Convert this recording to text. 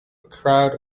crowd